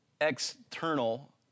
external